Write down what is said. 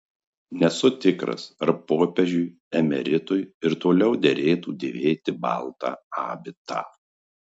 nesu tikras ar popiežiui emeritui ir toliau derėtų dėvėti baltą abitą